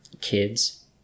kids